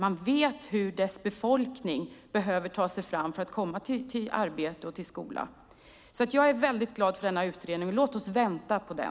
Man vet hur befolkningen behöver ta sig fram för att komma till arbete och skola. Jag är glad för denna utredning. Låt oss vänta på den.